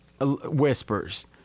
whispers